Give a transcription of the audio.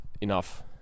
enough